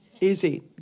Easy